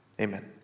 amen